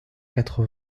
quatre